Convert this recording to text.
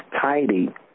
tidy